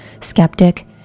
Skeptic